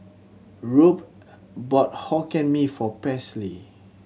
Rube bought Hokkien Mee for Paisley